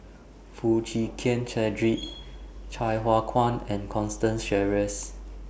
Foo Chee Keng Cedric Sai Hua Kuan and Constance Sheares